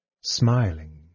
smiling